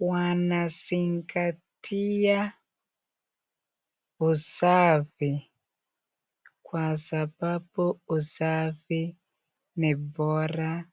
wanazingatia usafi kwa sababu usafi ni bora.